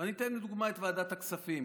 אני אתן לדוגמה את ועדת הכספים,